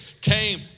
came